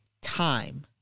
time